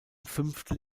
fünftel